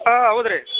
ಹಾಂ ಹೌದು ರೀ